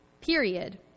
period